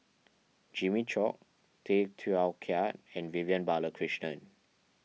Jimmy Chok Tay Teow Kiat and Vivian Balakrishnan